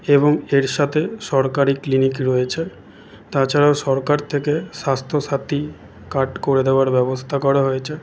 এবং এর সাথে সরকারি ক্লিনিক রয়েছে তাছাড়াও সরকার থেকে স্বাস্থ্যসাথী কার্ড করে দেওয়ার ব্যবস্থা করা হয়েছে